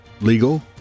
legal